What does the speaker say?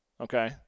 okay